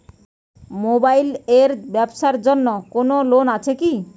Mobile এর ব্যাবসার জন্য কোন লোন আছে কি?